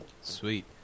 Sweet